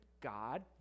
God